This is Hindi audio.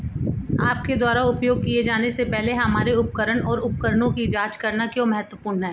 आपके द्वारा उपयोग किए जाने से पहले हमारे उपकरण और उपकरणों की जांच करना क्यों महत्वपूर्ण है?